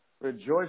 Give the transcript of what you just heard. rejoice